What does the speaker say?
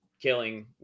killing